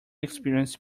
experienced